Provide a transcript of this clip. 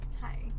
Hi